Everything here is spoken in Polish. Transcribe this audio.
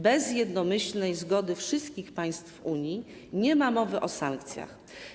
Bez jednomyślnej zgody wszystkich państw Unii nie ma mowy o sankcjach.